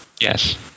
Yes